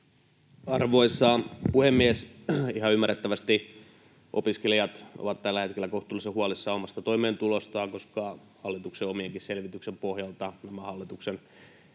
Arvoisa puhemies! Ihan ymmärrettävästi opiskelijat ovat tällä hetkellä kohtuullisen huolissaan omasta toimeentulostaan, koska hallituksen omienkin selvitysten pohjalta nämä hallituksen